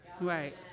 Right